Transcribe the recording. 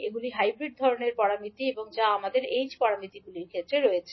এইগুলি হাইব্রিড ধরণের প্যারামিটার যা আমাদের h প্যারামিটারগুলির ক্ষেত্রে রয়েছে